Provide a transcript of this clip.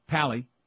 Pally